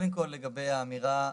לגבי האמירה הראשונה,